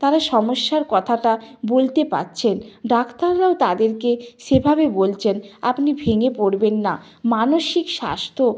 তারা সমস্যার কথাটা বলতে পারছেন ডাক্তাররাও তাদেরকে সেভাবে বলছেন আপনি ভেঙে পড়বেন না মানসিক স্বাস্থ্য